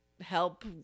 help